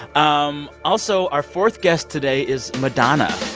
um also, our fourth guest today is madonna